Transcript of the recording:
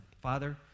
Father